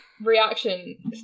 reaction